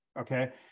Okay